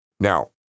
Now